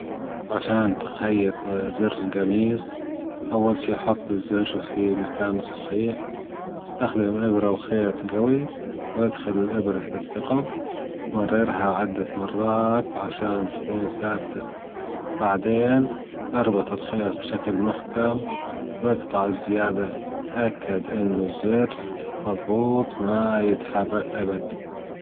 عشان تخيط زر الجميص، أول شي حط الزر في مكانه الصحيح، إستخدم إبرة وخيط جوي وأدخل الإبرة في الثقب، مررها عدة مرات عشان تكون ثابتة، بعدين إربط الخيط بشكل محكم وإقطع الزيادة، تأكد إنه الزر مظبوط ما يتحرك أبد.